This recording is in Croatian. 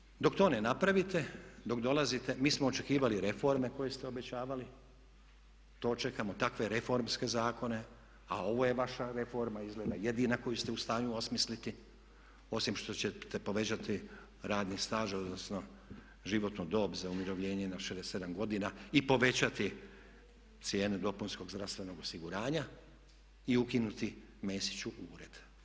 E pa sada dok to ne napravite, dok dolazite, mi smo očekivali reforme koje ste obećavali, to čekamo, takve reformske zakone, a ovo je vaša reforma izgleda jedina koju ste u stanju osmisliti, osim što ćete povećati radni staž odnosno životnu dob za umirovljenje na 67 godina i povećati cijene dopunskog zdravstvenog osiguranja i ukinuti Mesiću ured.